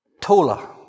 Tola